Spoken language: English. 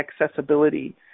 accessibility